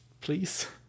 please